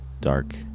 dark